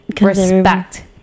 respect